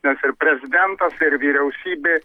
nes ir prezidentas ir vyriausybė